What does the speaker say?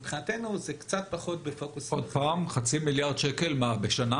חצי מיליארד שקל בשנה?